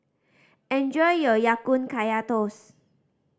enjoy your Ya Kun Kaya Toast